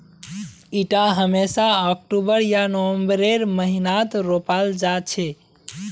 इटा हमेशा अक्टूबर या नवंबरेर महीनात रोपाल जा छे